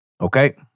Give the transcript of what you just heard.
okay